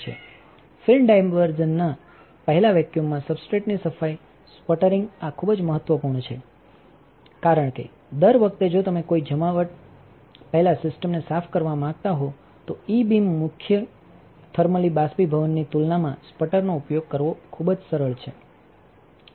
film diversion પહેલાં વેક્યુમમાં સબસ્ટ્રેટની સફાઈ સ્પટરિંગ આ ખૂબ જ મહત્વપૂર્ણ છે કારણ કે દર વખતે જો તમે કોઈ જમાવણ પહેલાં સિસ્ટમને સાફ કરવા માંગતા હો તો ઇ બીમ મુખ્ય થર્મલી બાષ્પીભવનની તુલનામાં સ્પટરનો ઉપયોગ કરવો ખૂબ જ સરળ છે